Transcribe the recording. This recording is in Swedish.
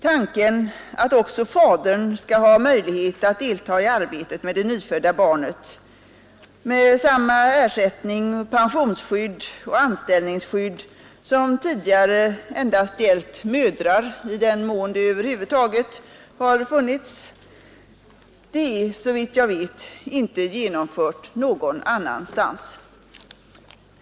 Tanken att även fadern skall ha möjligheter att delta i arbetet med det nyfödda barnet med samma ersättning, pensionsskydd och anställningsskydd som tidigare endast gällt mödrar, i den mån det över huvud taget har funnits, är såvitt jag vet inte genomförd någon annanstans.